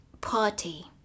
party